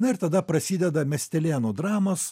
na ir tada prasideda miestelėnų dramos